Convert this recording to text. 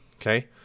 okay